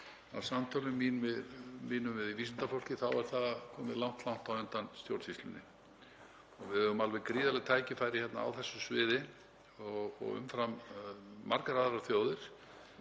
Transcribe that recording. samtöl mín við vísindafólkið, að það er komið langt á undan stjórnsýslunni. Við eigum alveg gríðarleg tækifæri á þessu sviði og umfram margar aðrar þjóðir